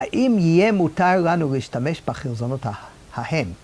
‫האם יהיה מותר לנו ‫להשתמש בחלזונות ההן?